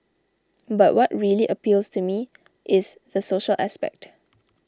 but what really appeals to me is the social aspect